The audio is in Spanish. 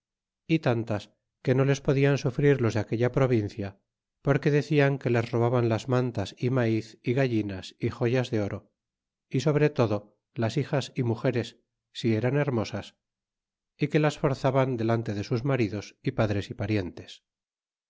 y tantas que no les podian sufrir los de aquella provincia porque decian que les robaban las mantas y maiz y gallinas y joyas de oro y sobre todo las hijas y mugeres si eran hermosas y que las forzaban delante de sus maridos y padres y parientes